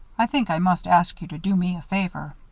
i think i must ask you to do me a favor.